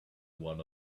one